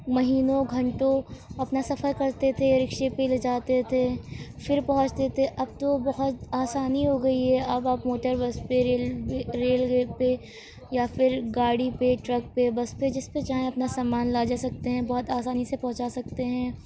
مہینوں گھنٹوں اپنا سفر کرتے تھے رکشے پہ لے جاتے تھے پھر پہونچتے تھے اب تو بہت آسانی ہو گئی ہے اب آپ موٹر بس پہ ریل ریل پہ یا پھر گاڑی پہ ٹرک پہ بس پہ جس پہ چاہیں اپنا سامان لا جا سکتے ہیں بہت آسانی سے پہنچا سکتے ہیں